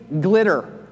glitter